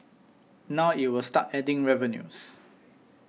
now it will start adding revenues